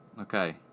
Okay